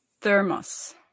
thermos